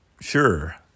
Sure